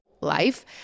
life